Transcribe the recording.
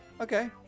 Okay